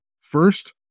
First